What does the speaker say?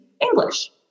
English